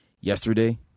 yesterday